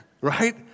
Right